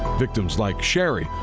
victims like sherry,